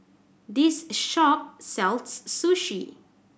this shop sells Sushi